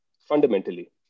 fundamentally